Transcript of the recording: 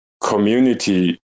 community